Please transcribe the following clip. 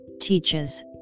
teaches